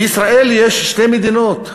בישראל יש שתי מדינות,